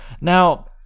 Now